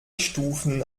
stufen